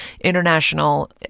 international